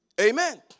Amen